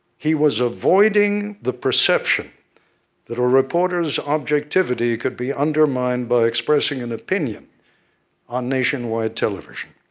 he was avoiding the perception that a reporters' objectivity could be undermined by expressing an opinion on nationwide television.